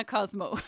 Cosmo